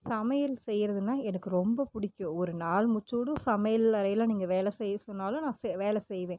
சமையல் செய்கிறதுனா எனக்கு ரொம்ப பிடிக்கும் ஒரு நாள் முச்சு விடும் சமையல் அறையில நீங்கள் வேலை செய்ய சொன்னாலும் நான் சே வேலை செய்வேன்